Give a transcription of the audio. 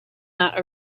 not